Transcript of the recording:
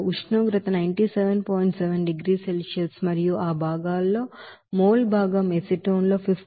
7 డిగ్రీల సెల్సియస్ మరియు ఆ భాగాలలో మోల్ భాగం ఎసిటోన్ లో 15